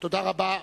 תודה רבה.